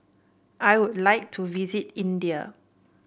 I would like to visit India